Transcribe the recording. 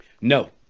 No